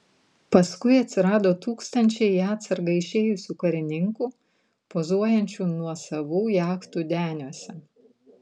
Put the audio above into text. paskui atsirado tūkstančiai į atsargą išėjusių karininkų pozuojančių nuosavų jachtų deniuose